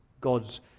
God's